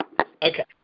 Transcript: Okay